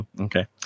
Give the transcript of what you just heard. okay